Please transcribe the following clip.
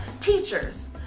teachers